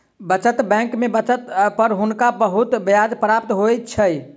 बचत बैंक में बचत पर हुनका बहुत ब्याज प्राप्त होइ छैन